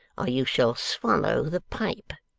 or you shall swallow the pipe